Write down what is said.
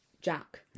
Jack